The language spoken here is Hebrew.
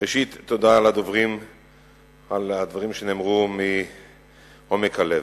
ראשית, תודה לדוברים על הדברים שנאמרו מעומק הלב.